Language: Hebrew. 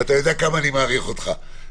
ואתה יודע כמה אני מעריך אותך.